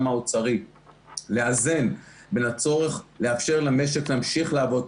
האוצרי לאזן בין הצורך לאפשר למשק להמשיך לעבוד,